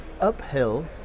uphill